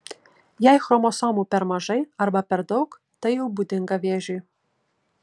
jei chromosomų per mažai arba per daug tai jau būdinga vėžiui